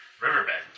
Riverbed